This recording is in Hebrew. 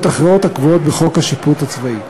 אחרות הקבועות בחוק השיפוט הצבאי.